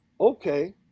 okay